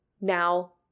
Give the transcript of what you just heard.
now